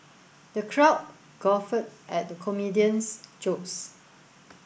the crowd guffawed at the comedian's jokes